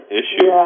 issue